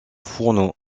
fourneau